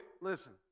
listen